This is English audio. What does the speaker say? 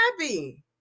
happy